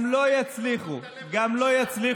גם לא יצליחו, גם לא יצליחו.